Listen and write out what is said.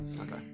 Okay